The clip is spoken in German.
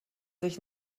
sich